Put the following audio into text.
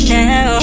now